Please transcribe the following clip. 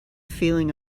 feeling